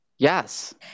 Yes